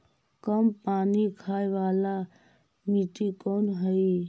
कम पानी खाय वाला मिट्टी कौन हइ?